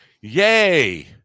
yay